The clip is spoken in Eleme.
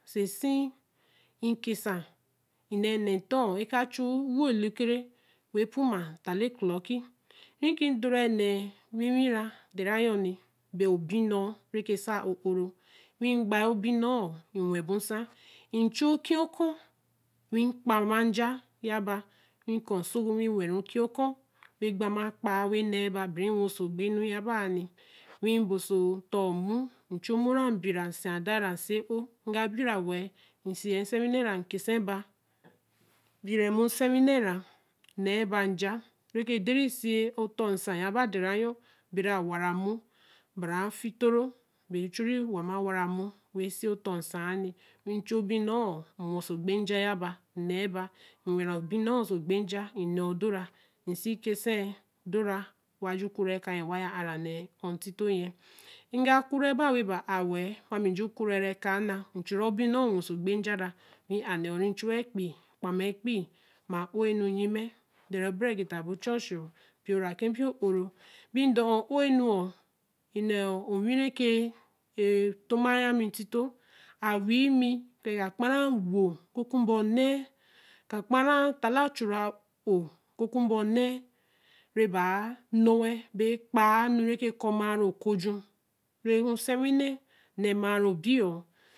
Se sii. imkezsa nnɛ ntɔɔ ɛkachu ewo lekere puma taale kɔlɔki. riki mdorɛ nɛɛ winwi ra dera yɔni beo binɔɔ rɛke saa o'oro. nwi gbaiobinɔɔ mnnwɛ bo ñsã. im chuo kiɔkɔ nwi mkpama nja yaba nwi nkɔ msogu wi nnwɛru oki ɔkɔ nwi mgbama kpaa we nɛɛba biri nnwɛ oso gbe nu yabari. nwii bo sotɔɔ mmu mchu mmu rã mbira. msiia daa rã msie'o. mgabira wɛɛ. msie nɛɛnwinɛ ra nkesɛba. mbire mmu nsɛ nwinɛ rã mnɛɛ ba nja reke derãri derã anyɔ berã wara mmu bara fitoro bere churi wama wara mmu we siotɔɔ nsari nwii chuobinɔɔ nnwɛ so egbe nja yaba mnɛɛba. mnnwɛrã obinɔɔ so gbe nja mnɛɛ odo rã msi ke sɛɛ dorã waju kurɛ ɛka nyɛ wajuua'ara nɛɛ'ɔ̃ ntito nyɛ mga kurɛ ba webaa'a wɛɛɛ. ami mju mkurɛ rã ɛka nna mchu ro binɔ̃ɔ mnnwɛ so gbe nja rã mnwi m'a mnɛɛ 'ɔ̃ rii mchua ekpi kpãmaa ekpii mma'oe nu nnyimɛ ade ro brɛ geta bo chɔ chiɔ. mpiara kɛ mpio bimdɔ ɔ̃'oe nu. nno onwire ke. ee tomaa yã mi ntito. awii mi kɔ mɛ ka kpãraa ewo oku okumba onnɛ. ka kpãraa ewo oku okumba onnɛ. ka kpãraa taale achu-ra-o'ku kumba onne rɛ baa nɔɛ bee kpaa enu re ke kɔmaari okoju rɛ nsɛnwinɛ nɛmaari obiɔ